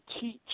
teach